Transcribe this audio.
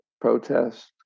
protest